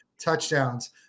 touchdowns